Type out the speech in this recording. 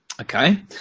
Okay